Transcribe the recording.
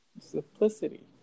simplicity